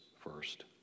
first